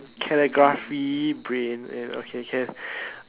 calligraphy brain and okay can